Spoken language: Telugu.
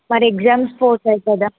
మరి ఎగ్జామ్స్ పోతాయి కదా